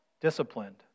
disciplined